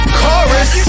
chorus